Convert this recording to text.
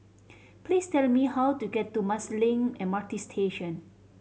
please tell me how to get to Marsiling M R T Station